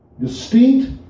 distinct